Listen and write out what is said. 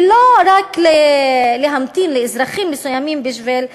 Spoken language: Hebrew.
ולא רק להמתין לאזרחים מסוימים בשביל להתלונן.